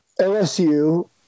LSU